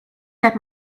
get